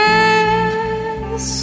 Yes